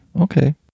Okay